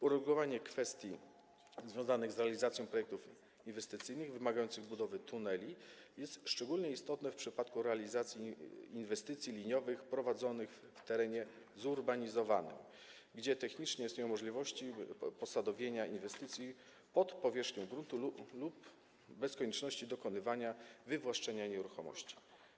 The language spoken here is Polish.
Uregulowanie kwestii związanych z realizacją projektów inwestycyjnych wymagających budowy tuneli jest szczególnie istotne w przypadku realizacji inwestycji liniowych prowadzonych w terenie zurbanizowanym, gdzie istnieją techniczne możliwości posadowienia inwestycji pod powierzchnią gruntu, bez konieczności dokonywania wywłaszczenia nieruchomości.